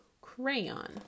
Crayon